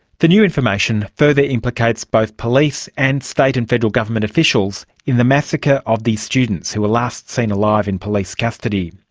the new information further implicates both police and state and federal government officials in the massacre of these students, who were last seen alive in police custody.